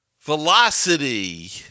velocity